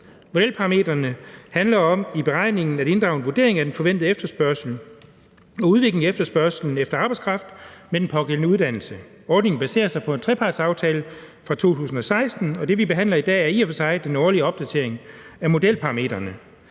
Modelparametrene handler om, at der i beregningerne inddrages en vurdering af den forventede efterspørgsel og udviklingen af efterspørgslen efter arbejdskraft med den pågældende uddannelse. Ordningen baserer sig på en trepartsaftale fra 2016, og det, vi behandler i dag, er i og for sig den årlige opdatering af modelparametrene.